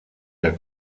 der